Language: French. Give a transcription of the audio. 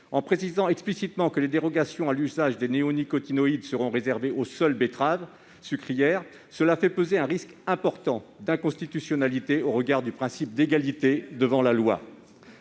préciser explicitement que les dérogations à l'usage des néonicotinoïdes seront réservées aux seules betteraves sucrières fait peser un risque important d'inconstitutionnalité au regard du principe d'égalité devant la loi.